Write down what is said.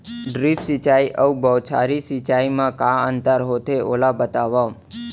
Drip सिंचाई अऊ बौछारी सिंचाई मा का अंतर होथे, ओला बतावव?